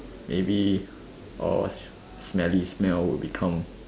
maybe all smelly smell will become